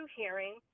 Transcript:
hearing